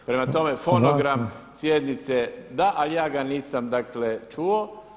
Prema tome fonogram sjednice da, ali ja ga nisam dakle čuo.